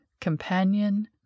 companion